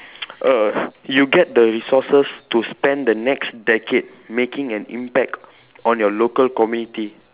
err you get the resources to spend the next decade making an impact on your local community